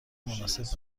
مناسب